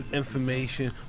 information